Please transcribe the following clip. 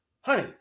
Honey